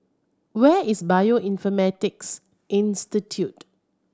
where is Bioinformatics Institute